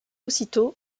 aussitôt